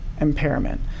impairment